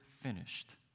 finished